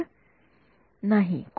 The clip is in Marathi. विद्यार्थी नाही संदर्भ वेळ 0७३७